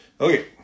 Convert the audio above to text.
Okay